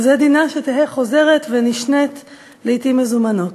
זה דינה, שתהא חוזרת ונשנית לעתים מזומנות.